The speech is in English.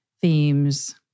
themes